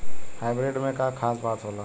Hybrid में का खास बात होला?